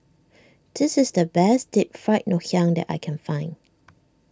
this is the best Deep Fried Ngoh Hiang that I can find